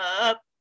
up